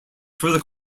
further